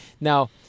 Now